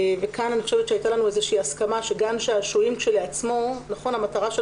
כאן הייתה לנו הסכמה שגן שעשועים כשלעצמו המטרה של